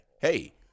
Hey